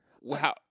Wow